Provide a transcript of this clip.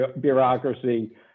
bureaucracy